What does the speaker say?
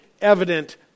evident